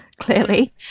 clearly